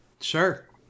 sure